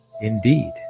indeed